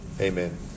Amen